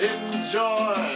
Enjoy